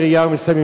היוזם,